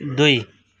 दुई